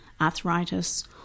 arthritis